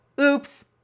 oops